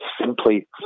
simply